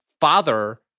father